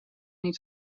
niet